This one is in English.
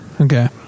okay